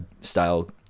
style